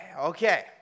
Okay